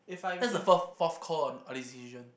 that's the forth call on